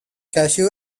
cashew